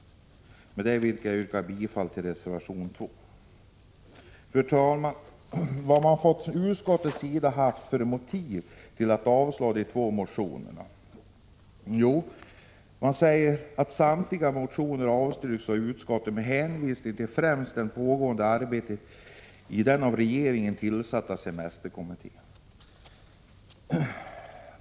Med detta yrkar jag bifall till reservation 2. Fru talman! Vad har man från utskottets sida haft för motiv till att avstyrka de två motionerna? Jo, man säger att samtliga motioner avstyrks av utskottet med hänvisning till främst det pågående arbetet i den av regeringen tillsatta semesterkommittén.